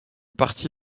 parti